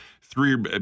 three